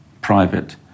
private